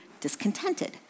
discontented